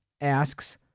asks